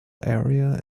area